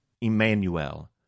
Emmanuel